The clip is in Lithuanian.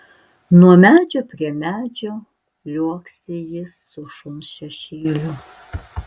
nuo medžio prie medžio liuoksi jis su šuns šešėliu